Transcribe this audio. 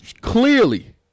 Clearly